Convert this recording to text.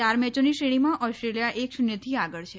ચાર મેચોની શ્રેણીમાં ઓસ્ટ્રેલીયા એક શૂન્યથી આગળ છે